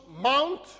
Mount